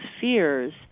fears